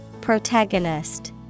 Protagonist